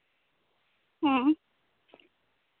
ᱦᱮᱸ